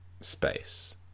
space